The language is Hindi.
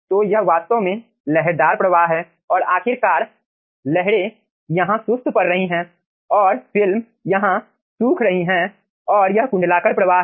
तो यह वास्तव में लहरदार प्रवाह है और आखिरकार लहरें यहाँ सुस्त पर रही हैं और फिल्म यहाँ सूख रही है और यह कुंडलाकार प्रवाह है